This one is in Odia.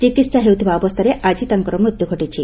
ଚିକିହା ହେଉଥିବା ଅବସ୍ଥାରେ ଆକି ତାଙ୍କର ମୃତ୍ୟୁ ଘଟିଛି